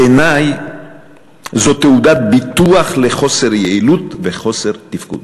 בעיני זאת תעודת ביטוח לחוסר יעילות ולחוסר תפקוד,